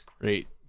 Great